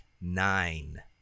nine